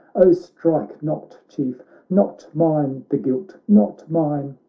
oh, strike not. chief not mine the guilt, not mine.